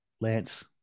Lance